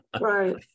Right